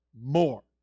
more